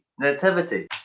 Nativity